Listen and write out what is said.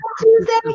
Tuesday